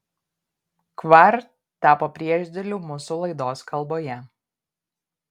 kvar tapo priešdėliu mūsų laidos kalboje